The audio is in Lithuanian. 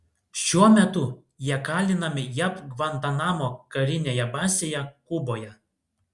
šiuo metu jie kalinami jav gvantanamo karinėje bazėje kuboje